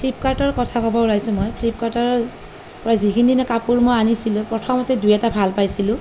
ফ্লীপকাৰ্টৰ কথা ক'ব ওলাইছোঁ মই ফ্লীপকাৰ্টৰ যিখিনি কাপোৰ মই আনিছিলোঁ প্ৰথমতে দুই এটা ভাল পাইছিলোঁ